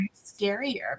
scarier